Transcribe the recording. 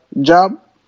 job